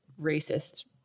racist